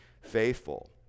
faithful